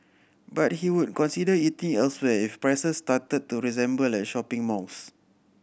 but he would consider eating elsewhere if prices started to resemble at shopping malls